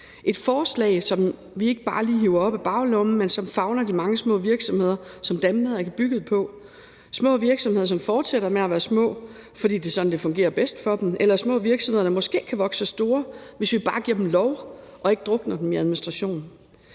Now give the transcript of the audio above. et forslag, som vi ikke bare lige hiver op af baglommen, men som favner de mange små virksomheder, som Danmark er bygget på – små virksomheder, som fortsætter med at være små, fordi det er sådan, det fungerer bedst for dem, eller små virksomheder, der måske kan vokse sig store, hvis vi bare giver dem lov og ikke drukner dem i administration.